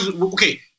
okay